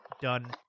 done